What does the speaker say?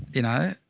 you know,